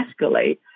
escalate